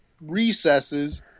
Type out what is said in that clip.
recesses